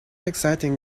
exciting